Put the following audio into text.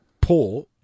poor